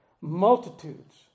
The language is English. multitudes